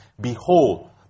Behold